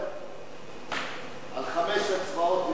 על חמשת הצבאות וצבא אחד?